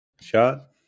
Shot